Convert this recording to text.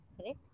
correct